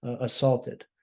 assaulted